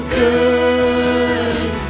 good